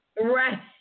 Right